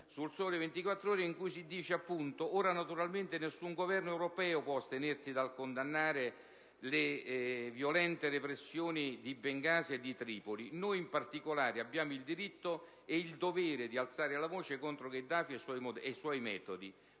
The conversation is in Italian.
della Sera», dove si legge che «Ora, naturalmente, nessun Governo europeo può astenersi dal condannare le violente repressioni di Bengasi e di Tripoli. Noi, in particolare, abbiamo il diritto e il dovere di alzare la voce contro Gheddafi e i suoi metodi.